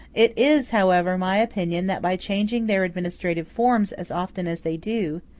it is, however, my opinion that by changing their administrative forms as often as they do,